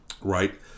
right